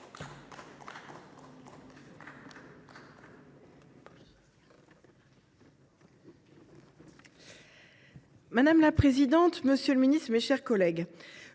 Madame la présidente, monsieur le ministre, mes chers collègues,